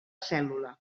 cèl·lula